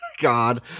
God